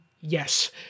Yes